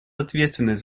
ответственность